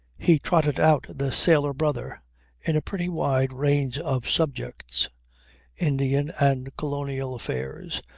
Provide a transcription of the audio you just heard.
he trotted out the sailor-brother in a pretty wide range of subjects indian and colonial affairs,